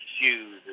shoes